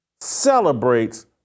celebrates